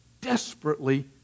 desperately